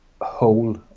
whole